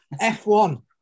F1